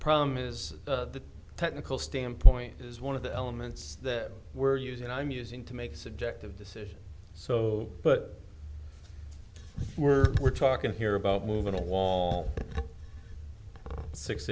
problem is the technical standpoint is one of the elements that were used and i'm using to make subjective decision so but we're we're talking here about moving a wall six